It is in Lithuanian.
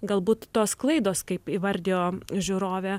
galbūt tos klaidos kaip įvardijo žiūrovė